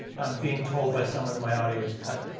i'm being told my someone that my audio was cut.